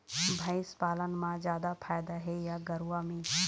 भंइस पालन म जादा फायदा हे या गरवा में?